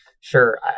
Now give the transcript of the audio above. Sure